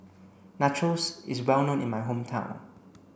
Nachos is well known in my hometown